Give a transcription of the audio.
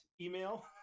email